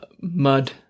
mud